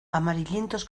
amarillentos